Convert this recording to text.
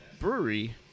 brewery